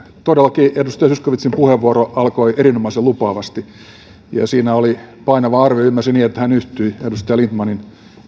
todellakin edustaja zyskowiczin puheenvuoro alkoi erinomaisen lupaavasti ja siinä oli painava arvio ymmärsin niin että hän yhtyi edustaja lindtmanin